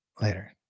Later